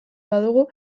badugu